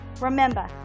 Remember